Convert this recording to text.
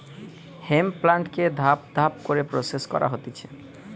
hemp প্লান্টকে ধাপ ধাপ করে প্রসেস করা হতিছে